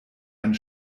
einen